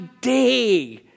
day